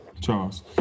Charles